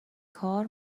کار